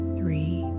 three